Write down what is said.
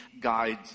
guides